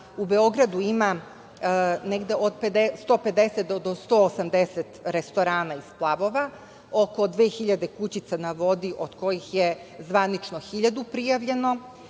u Beogradu ima negde od 150 do 180 restorana i splavova, oko 2000 kućica na vodi od kojih je zvanično 1000 prijavljeno.